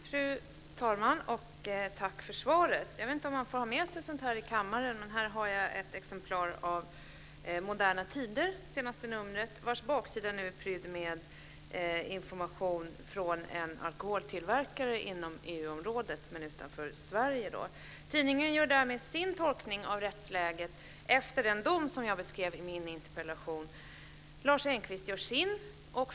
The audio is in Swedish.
Fru talman! Tack för svaret. Jag vet inte om man får ha med sig sådant här i kammaren, men här har jag ett exemplar av det senaste numret av Moderna Tider. Baksidan är prydd med information från en alkoholtillverkare inom EU-området men utanför Sverige. Tidningen gör därmed sin tolkning av rättsläget efter den dom som jag beskrev i min interpellation. Lars Engqvist gör sin.